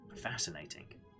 fascinating